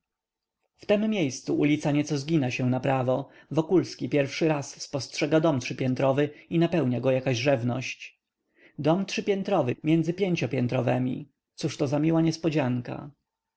w tem miejscu ulica nieco zgina się naprawo wokulski pierwszy raz spostrzega dom trzypiętrowy i napełnia go jakaś rzewność dom trzypiętrowy między pięciopiętrowemi cóżto za miła niespodzianka